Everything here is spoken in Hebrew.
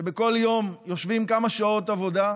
שבכל יום יושבים כמה שעות עבודה,